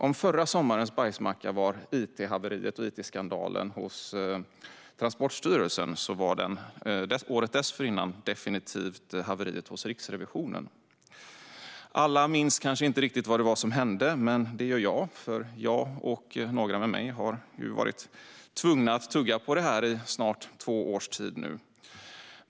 Om förra sommarens bajsmacka var it-haveriet och it-skandalen hos Transportstyrelsen var det sommaren dessförinnan definitivt haveriet hos Riksrevisionen. Alla minns kanske inte riktigt vad som hände, men det gör jag. Jag och några med mig har varit tvungna att tugga på detta nu i snart två års tid.